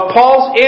Paul's